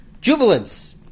jubilance